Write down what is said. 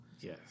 Yes